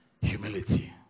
Humility